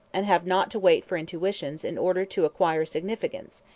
and have not to wait for intuitions in order to acquire significance,